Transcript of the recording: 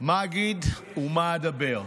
מה אגיד ומה אדבר?